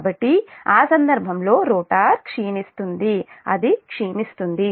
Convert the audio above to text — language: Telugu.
కాబట్టి ఆ సందర్భంలో రోటర్ క్షీణిస్తుంది అది క్షీణిస్తుంది